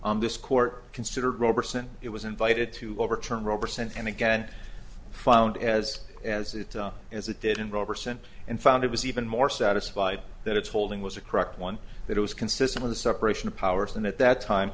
on this court considered roberson it was invited to overturn roe percent and again found as as it as it did in roberson and found it was even more satisfied that its holding was a correct one that was consistent in the separation of powers and at that time